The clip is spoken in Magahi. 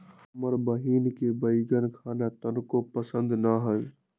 हमर बहिन के बईगन खाना तनको पसंद न हई